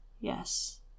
Yes